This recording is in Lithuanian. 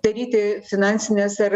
daryti finansines ar